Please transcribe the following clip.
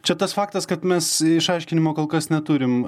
čia tas faktas kad mes išaiškinimo kol kas neturim